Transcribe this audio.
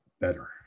better